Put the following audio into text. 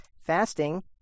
Fasting